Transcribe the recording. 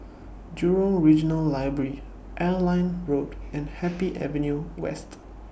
Jurong Regional Library Airline Road and Happy Avenue West